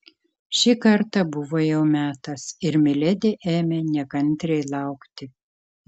šį kartą buvo jau metas ir miledi ėmė nekantriai laukti